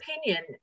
opinion